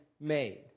made